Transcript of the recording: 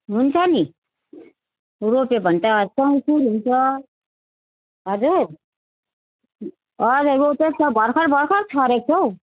हुन्छ नि रोप्यो भने त चौँसुर हुन्छ हजुर हजुर रोपेको छ भर्खर भर्खर छरेको छ हौ